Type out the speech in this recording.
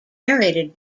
narrated